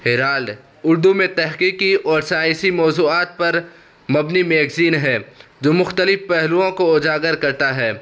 Harold Urdu میں تحقیقی اور سائنسی موضوعات پر مبنی میگزین ہے جو مختلب پہلوؤں کو اجاگر کرتا ہے